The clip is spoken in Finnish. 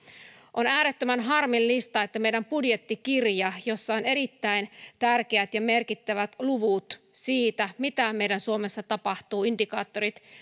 on äärettömän harmillista että meidän budjettikirjasta jossa on erittäin tärkeät ja merkittävät luvut indikaattorit siitä mitä meidän suomessa tapahtuu